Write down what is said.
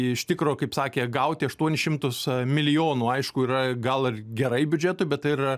iš tikro kaip sakė gauti aštuonis šimtus milijonų aišku yra gal ir gerai biudžetui bet tai yra